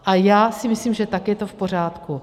A já si myslím, že tak je to v pořádku.